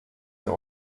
der